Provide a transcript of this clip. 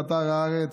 באתר הארץ,